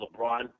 LeBron